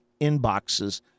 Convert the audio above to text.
inboxes